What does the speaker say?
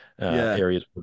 areas